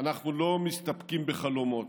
אנחנו לא מסתפקים בחלומות,